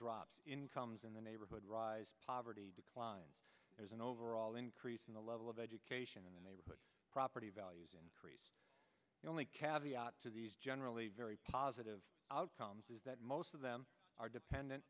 drops incomes in the neighborhood rise poverty decline as an overall increase in the level of education in the neighborhood property values increase the only cab to these generally very positive outcomes is that most of them are dependent